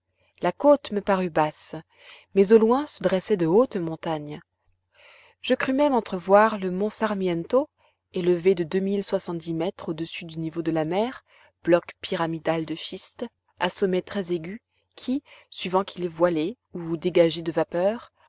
la côte me parut basse mais au loin se dressaient de hautes montagnes je crus même entrevoir le mont sarmiento élevé de deux mille soixante-dix mètres au-dessus du niveau de la mer bloc pyramidal de schiste à sommet très aigu qui suivant qu'il est voilé ou dégagé de vapeurs